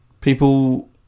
people